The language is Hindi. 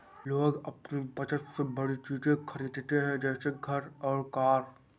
लोग अपनी बचत से बड़ी चीज़े खरीदते है जैसे घर और कार